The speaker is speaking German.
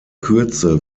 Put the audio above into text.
kürze